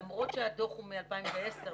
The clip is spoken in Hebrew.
למרות שהדוח הוא מ-2010,